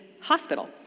hospital